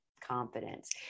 confidence